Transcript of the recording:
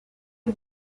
est